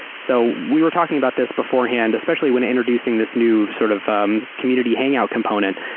so we were talking about this beforehand, especially when introducing this new sort of um community hangout component.